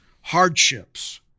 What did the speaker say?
Hardships